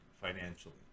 financially